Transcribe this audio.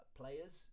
players